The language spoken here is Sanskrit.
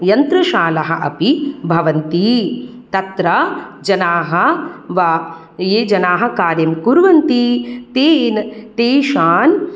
यन्त्रशालाः अपि भवन्ति तत्र जनाः वा ये जनाः कार्यं कुर्वन्ति ते तान्